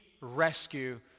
rescue